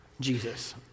Jesus